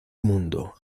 mundo